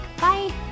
Bye